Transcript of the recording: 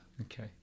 okay